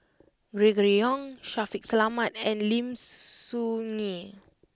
Gregory Yong Shaffiq Selamat and Lim Soo Ngee